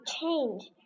change